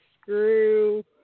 screw